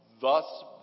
thus